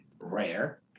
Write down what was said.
rare